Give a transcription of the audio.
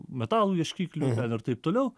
metalo ieškikliu ten ir taip toliau